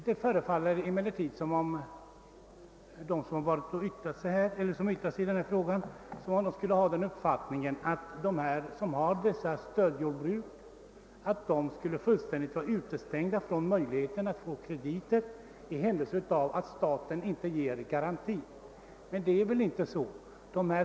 Det förefaller emellertid, som om de som yttrat sig i denna fråga skulle ha den uppfattningen att de som bedriver dessa stödjordbruk skulle vara fullständigt utestängda från möjligheterna att få krediter i den händelse staten inte ställer kreditgarantier. Det förhåller sig väl inte på det sättet.